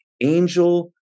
angel